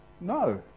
No